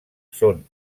són